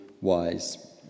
wise